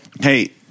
Hey